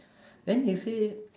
then you say